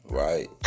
right